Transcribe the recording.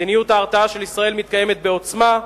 מדיניות ההרתעה של ישראל מתקיימת בעוצמה,